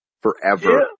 forever